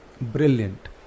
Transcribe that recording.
brilliant